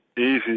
easy